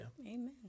Amen